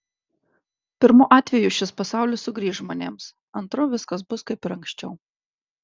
pirmu atveju šis pasaulis sugrįš žmonėms antru viskas bus kaip ir anksčiau